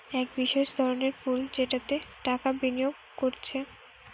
এক বিশেষ ধরনের পুল যেটাতে টাকা বিনিয়োগ কোরছে